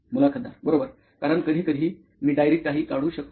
मुलाखतदार बरोबर कारण कधीकधी मी डायरीत काही काढू शकतो